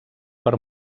per